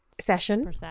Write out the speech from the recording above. session